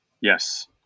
yes